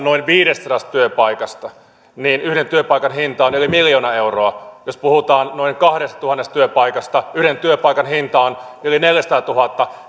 noin viidestäsadasta työpaikasta niin yhden työpaikan hinta on yli miljoona euroa jos puhutaan noin kahdestatuhannesta työpaikasta yhden työpaikan hinta on yli neljäsataatuhatta